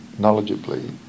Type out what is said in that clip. knowledgeably